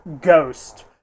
Ghost